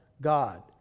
God